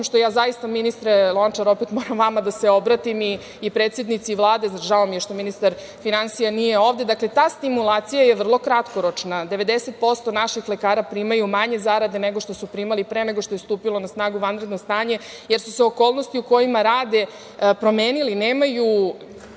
što ja zaista, ministre Lončar, opet moram vama da se obratim i predsednici Vlade, žao mi je što ministar finansija nije ovde, ta stimulacija je vrlo kratkoročna. Naime, 90% naših lekara primaju manje zarade nego što su primali pre nego što je stupilo na snagu vanredno stanje, jer su se okolnosti u kojima rade promenile. Imam